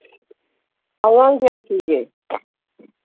ꯑꯉꯥꯡ ꯀꯌꯥ ꯁꯨꯒꯦ